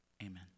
Amen